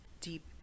deep